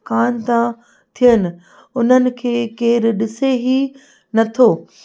कान था थियनि उन्हनि खे केरु ॾिसे ई नथो